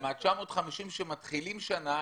כי ה-950 שמתחילים שנה,